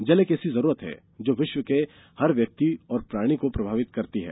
जल एक मात्र ऐसी जरूरत है जो विश्व के हर व्यक्ति और प्राणी को प्रभावित करती है